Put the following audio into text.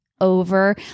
over